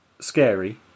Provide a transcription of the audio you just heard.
scary